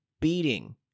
beating